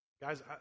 Guys